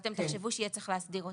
ואתם תחשבו שיהיה צריך להסדיר אותם.